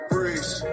Breeze